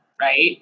right